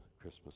christmas